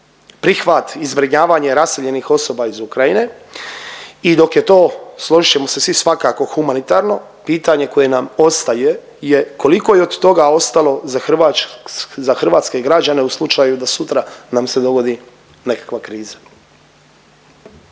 Prihvat i zbrinjavanje raseljenih osoba iz Ukrajine i dok je to složit ćemo se svi, svakako humanitarno, pitanje koje nam ostaje je koliko je od toga ostalo za hrvatske građane u slučaju da sutra nam se dogodi nekakva kriza.